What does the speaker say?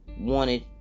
wanted